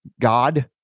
god